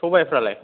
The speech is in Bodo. सबायफ्रा लाय